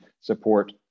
support